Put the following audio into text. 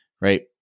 Right